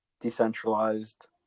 decentralized